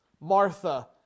Martha